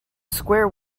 square